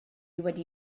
wedi